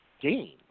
game